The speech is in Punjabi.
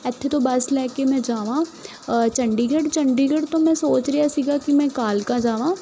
ਇੱਥੇ ਤੋਂ ਬੱਸ ਲੈ ਕੇ ਮੈਂ ਜਾਵਾਂ ਚੰਡੀਗੜ੍ਹ ਚੰਡੀਗੜ੍ਹ ਤੋਂ ਮੈਂ ਸੋਚ ਰਿਹਾ ਸੀਗਾ ਕਿ ਮੈਂ ਕਾਲਕਾ ਜਾਵਾਂ